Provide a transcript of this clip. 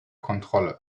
kontrolle